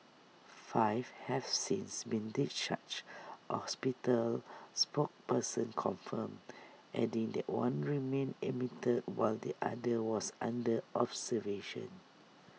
five have since been discharged A hospital spokesperson confirmed adding that one remained admitted while the other was under observation